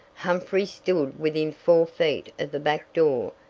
humphrey stood within four feet of the back door,